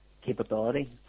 capability